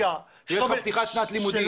לפתיחת שנת לימודים.